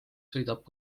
sõidab